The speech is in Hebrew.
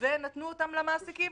ונתנו אותם למעסיקים